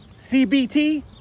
CBT